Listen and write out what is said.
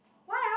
why ah